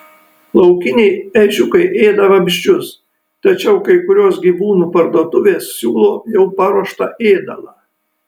laukiniai ežiukai ėda vabzdžius tačiau kai kurios gyvūnų parduotuvės siūlo jau paruoštą ėdalą